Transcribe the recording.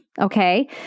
Okay